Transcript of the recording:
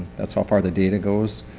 that's how far the data goes.